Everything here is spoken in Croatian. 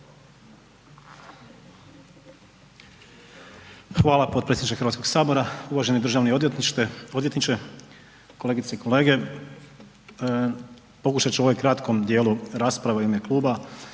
Hvala potpredsjedniče Hrvatskog sabora. Uvaženi državni odvjetniče, kolegice i kolege. Pokušat ću u ovom kratkom dijelu rasprava u ime kluba